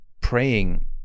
praying